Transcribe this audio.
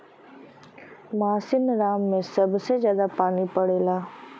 मासिनराम में सबसे जादा पानी पड़ला